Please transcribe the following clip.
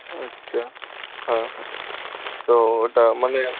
আচ্ছা হ্যাঁ হ্যাঁ তো তার মানে